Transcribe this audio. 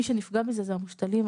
מי שנפגע מזה אלה המושתלים,